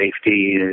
safety